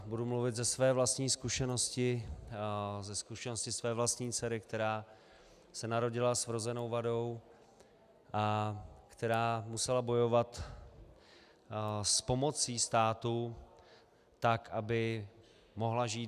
Budu mluvit ze své vlastní zkušenosti, ze zkušenosti své vlastní dcery, která se narodila s vrozenou vadou a která musela bojovat s pomocí státu tak, aby mohla žít.